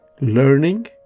learning